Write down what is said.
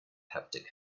haptic